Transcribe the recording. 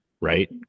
right